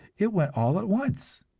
it went all at once!